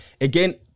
Again